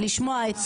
לשמוע את